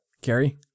Carrie